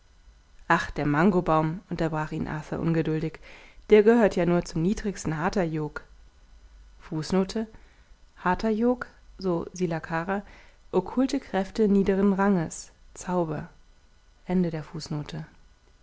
ach der mangobaum unterbrach ihn arthur ungeduldig der gehört ja nur zum niedrigsten hatha yog hatha yog so slcra okkulte kräfte niederen ranges